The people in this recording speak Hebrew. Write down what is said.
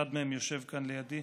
ואחד מהם יושב כאן לידי.